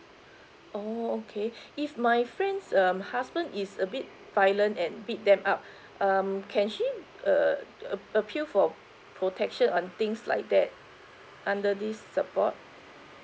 oh okay if my friend's um husband is a bit violent and beat them up um can she err uh appeal for protection on things like that under this support